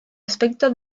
aspecto